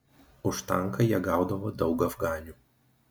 už tanką jie gaudavo daug afganių